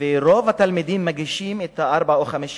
רוב התלמידים ניגשים לארבע או חמש יחידות,